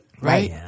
Right